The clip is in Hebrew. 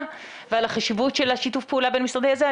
ועל החשיבות של שיתוף הפעולה הבין משרדי הזה,